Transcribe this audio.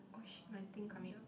oh shit my thing coming out